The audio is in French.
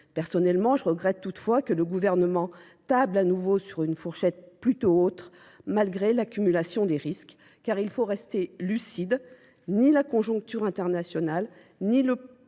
Personnellement, je regrette toutefois que le gouvernement table à nouveau sur une fourchette plutôt haute, malgré l'accumulation des risques, car il faut rester lucide. ni la conjoncture internationale, ni le